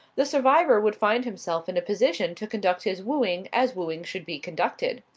the survivor would find himself in a position to conduct his wooing as wooing should be conducted.